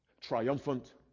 triumphant